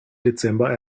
dezember